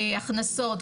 הכנסות,